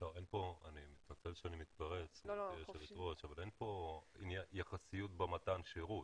אני מתנצל שאני מתפרץ אבל אין כאן יחסיות במתן שירות,